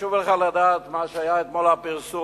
חשוב לך לדעת מה שפורסם אתמול ב"הארץ",